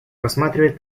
рассматривает